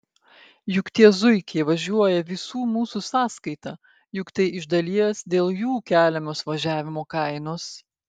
juk tie zuikiai važiuoja visų mūsų sąskaita juk tai iš dalies dėl jų keliamos važiavimo kainos